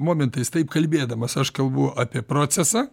momentais taip kalbėdamas aš kalbu apie procesą